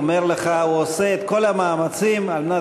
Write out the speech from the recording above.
אומר לך: הוא עושה את כל המאמצים על מנת